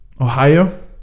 Ohio